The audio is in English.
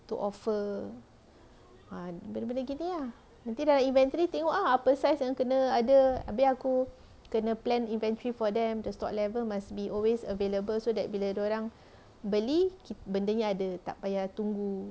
to offer um benda-benda gini ah nanti dalam inventory tengok ah size yang kena ada abeh aku kena plan inventory for them the stock level must be always available so that bila dorang beli bendanya ada tak payah tunggu